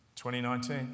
2019